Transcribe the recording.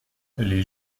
les